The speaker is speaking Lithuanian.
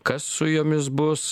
kas su jomis bus